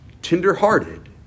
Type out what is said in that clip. tenderhearted